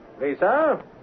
Lisa